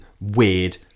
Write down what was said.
weird